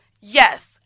yes